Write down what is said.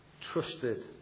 trusted